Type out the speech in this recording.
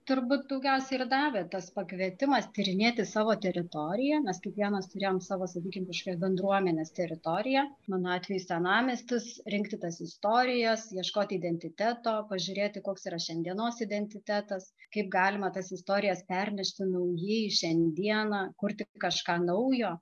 turbūt daugiausiai ir davė tas pakvietimas tyrinėti savo teritoriją mes kiekvienas turėjom savo sakykim kažkokios bendruomenės teritoriją mano atveju senamiestis rinkti tas istorijas ieškoti identiteto pažiūrėti koks yra šiandienos identitetas kaip galima tas istorijas pernešti naujai šiandieną kurti kažką naujo